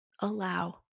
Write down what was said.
allow